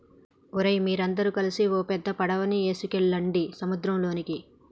ఓరై మీరందరు గలిసి ఓ పెద్ద పడవ ఎసుకువెళ్ళండి సంద్రంలోకి